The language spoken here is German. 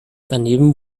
daneben